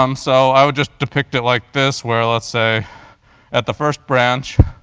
um so i would just depict it like this, where let's say at the first branch,